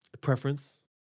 Preference